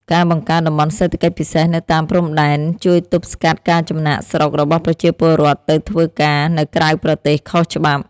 ការបង្កើតតំបន់សេដ្ឋកិច្ចពិសេសនៅតាមព្រំដែនជួយទប់ស្កាត់ការចំណាកស្រុករបស់ប្រជាពលរដ្ឋទៅធ្វើការនៅក្រៅប្រទេសខុសច្បាប់។